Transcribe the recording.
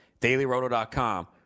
DailyRoto.com